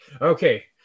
Okay